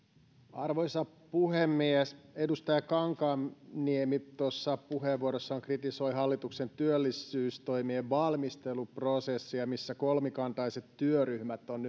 arvoisa puhemies edustaja kankaanniemi tuossa puheenvuorossaan kritisoi hallituksen työllisyystoimien valmisteluprosessia missä kolmikantaiset työryhmät on